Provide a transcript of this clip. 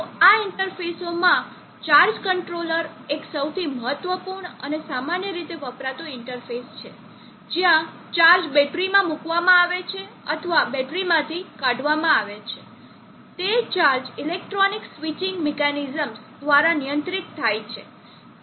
તો આ ઇન્ટરફેસમાં ચાર્જ કંટ્રોલર એક સૌથી મહત્વપૂર્ણ અને સામાન્ય રીતે વપરાતો ઇન્ટરફેસ છે જ્યાં ચાર્જ બેટરીમાં મૂકવામાં આવે છે અથવા બેટરીમાંથી કાઢવામાં આવે છે તે ચાર્જ ઇલેક્ટ્રોનિક સ્વિચિંગ મિકેનિઝમ્સ દ્વારા નિયંત્રિત થાય છે